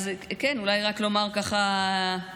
אז כן, אולי רק לומר ככה לסיכום: